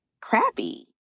crappy